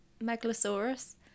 megalosaurus